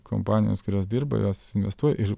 kompanijos kurios dirba jos investuoja ir